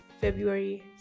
February